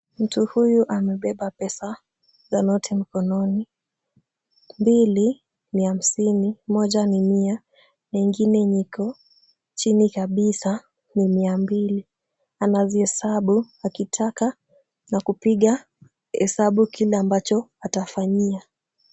Mtu huyu amebeba pesa za noti mkononi. Mbili ni hamsini, moja ni mia na ingine yenye iko chini kabisa ni mia mbili. Anazihesabu akitaka za kupiga hesabu kile ambacho atafanyia.